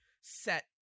set